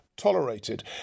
tolerated